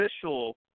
official